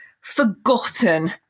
forgotten